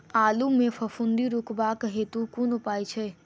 आलु मे फफूंदी रुकबाक हेतु कुन उपाय छै?